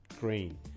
Green